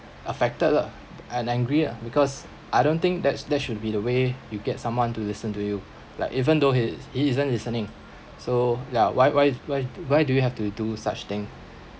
affected lah and angry ah because I don't think that's that should be the way you get someone to listen to you like even though he is he isn't listening so ya why why why do why do you have to do such thing